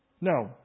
No